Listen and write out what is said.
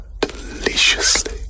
deliciously